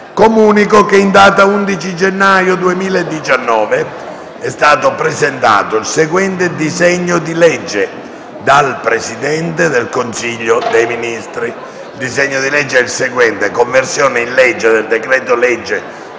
Comunico che in data 11 gennaio 2019 è stato presentato il seguente disegno di legge: *dal Presidente del Consiglio dei ministri e dal Ministro della giustizia* «Conversione in legge del decreto-legge